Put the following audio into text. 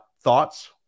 thoughts